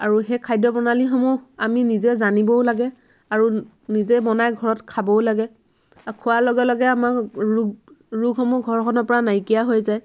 আৰু সেই খাদ্য প্ৰণালীসমূহ আমি নিজে জানিবও লাগে আৰু নিজে বনাই ঘৰত খাবও লাগে খোৱাৰ লগে লগে আমাৰ ৰোগ ৰোগসমূহ ঘৰখনৰ পৰা নাইকিয়া হৈ যায়